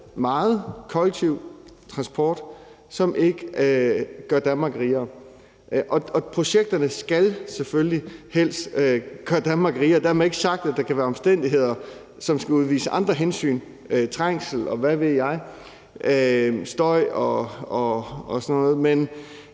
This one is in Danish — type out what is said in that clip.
meget kollektiv transport, som ikke gør Danmark rigere, og projekterne skal selvfølgelig helst gøre Danmark rigere. Dermed ikke sagt, at der kan være omstændigheder i forhold til andre hensyn, f.eks. trængsel og støj og sådan noget.